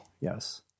yes